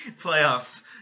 playoffs